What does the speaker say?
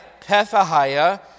Pethahiah